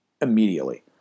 immediately